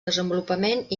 desenvolupament